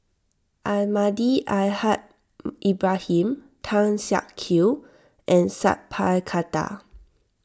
Almahdi Al Haj Ibrahim Tan Siak Kew and Sat Pal Khattar